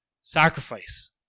Sacrifice